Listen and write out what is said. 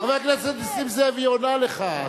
חבר הכנסת נסים זאב, היא עונה לך.